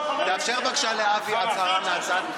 תאפשר בבקשה לאבי הצהרה מהצד.